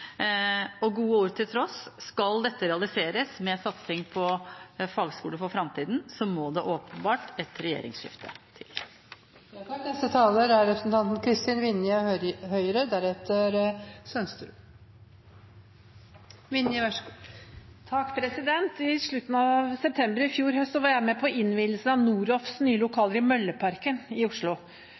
realiseres med en satsing på fagskoler for framtida, må det åpenbart et regjeringsskifte til. I slutten av september i fjor høst var jeg med på innvielsen av Noroffs nye lokaler i Mølleparken i Oslo. Denne fagskolen er en privateid utdanningsinstitusjon med høye ambisjoner på vegne av